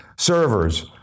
servers